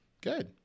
Good